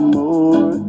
more